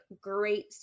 great